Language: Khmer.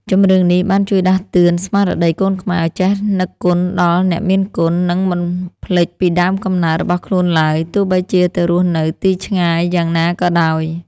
ចម្រៀងនេះ បានជួយដាស់តឿនស្មារតីកូនខ្មែរឱ្យចេះនឹកគុណដល់អ្នកមានគុណ និងមិនភ្លេចពីដើមកំណើតរបស់ខ្លួនឡើយ ទោះបីជាទៅរស់នៅទីឆ្ងាយយ៉ាងណាក៏ដោយ។